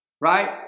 right